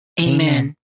Amen